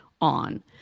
on